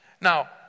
Now